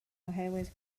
oherwydd